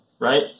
right